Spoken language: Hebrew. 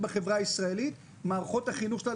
בחברה הישראלית: מערכות החינוך שלה,